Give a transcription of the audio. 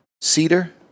Cedar